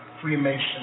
Freemason